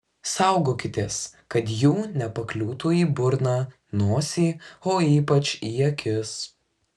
saugokitės kad jų nepakliūtų į burną nosį o ypač į akis